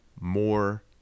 more